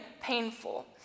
painful